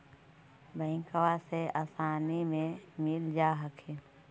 बैंकबा से आसानी मे मिल जा हखिन?